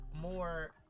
more